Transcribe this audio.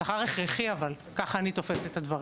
שכר הכרחי אבל, ככה אני תופסת את הדברים.